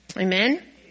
Amen